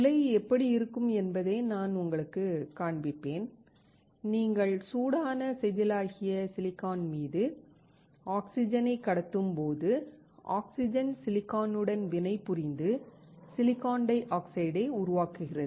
உலை எப்படி இருக்கும் என்பதை நான் உங்களுக்குக் காண்பிப்பேன் நீங்கள் சூடான செதிலாகிய சிலிக்கான் மீது ஆக்ஸிஜனைக் கடத்தும் போது ஆக்ஸிஜன் சிலிக்கானுடன் வினைபுரிந்து சிலிக்கான் டை ஆக்சைடை உருவாக்குகிறது